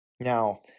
Now